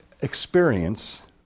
experience